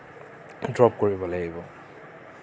drop কৰিব লাগিব